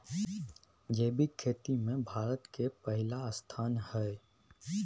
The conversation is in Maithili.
जैविक खेती में भारत के पहिला स्थान हय